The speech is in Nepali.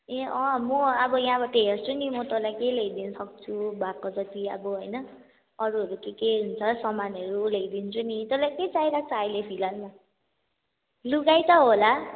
ए अँ म अब यहाँबाट हेर्छु नि म तँलाई के ल्याइदिन सक्छु भएको जति अब होइन अरूहरू के के हुन्छ सामानहरू ल्याइदिन्छु नि तँलाई के चाहिएको छ अहिले फिलहाल लुगै त होला